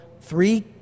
three